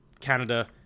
Canada